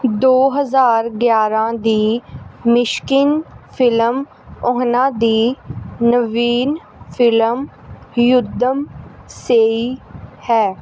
ਦੋ ਹਜ਼ਾਰ ਗਿਆਰ੍ਹਾਂ ਦੀ ਮਿਸ਼ਕਿਨ ਫਿਲਮ ਉਹਨਾਂ ਦੀ ਨਵੀਨ ਫਿਲਮ ਯੁੱਧਮ ਸੇਈ ਹੈ